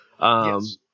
Yes